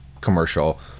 commercial